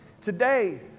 Today